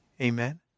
Amen